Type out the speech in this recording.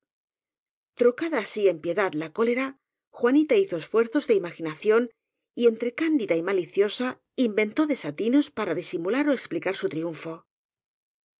trocada así en piedad la cólera juanita hizo esfuerzos de imaginación y entre cándida y mali ciosa inventó desatinos para disimular ó explicar su triunfo